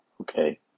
Okay